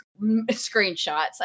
screenshots